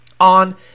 on